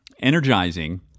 energizing